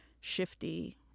shifty